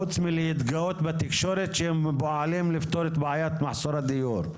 מלבד להתגאות בתקשורת שהם פועלים לפתור את בעיית מחסור הדיור.